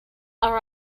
are